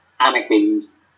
Anakin's